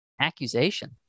Accusation